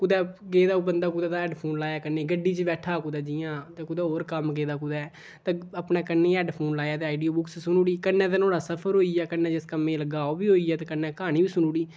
कुतै गेदा होऐ बंदा कुतै हैडफोन लाया कन्नी गड्डी च बैठा कुतै जि'यां ते कुतै होर कम्म गेदा कुतै ते अपने कन्नी है लाया ते आडियो बुक्स सुनी ओड़ी कन्नै ते नुहाड़ा सफर होई गेआ कन्नै जिस कम्मै गी लग्गे दा ओह् बी होई गेआ ते कन्नै क्हानी बी सुनी ओड़ी